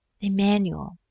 Emmanuel